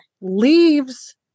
leaves